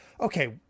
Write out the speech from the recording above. Okay